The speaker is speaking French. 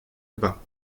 urbains